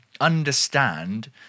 understand